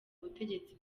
butegetsi